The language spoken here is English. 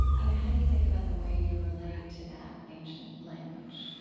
you know, how do you think about the way you relate to that ancient language?